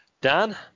Dan